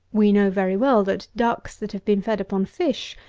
we know very well that ducks that have been fed upon fish,